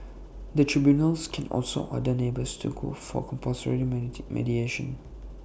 the tribunals can also order neighbours to go for compulsory tee mediation